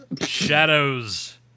Shadows